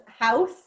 House